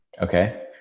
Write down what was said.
Okay